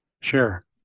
Sure